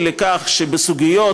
לפני 20 שנה כבר היו שם כבישים רחבים.